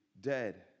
dead